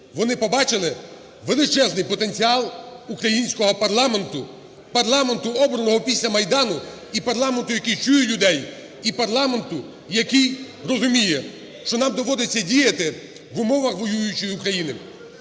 вони побачили величезний потенціал українського парламенту, парламенту, обраного після Майдану, і парламенту, який чує людей, і парламенту, який розуміє, що нам доводиться діяти в умовах воюючої України.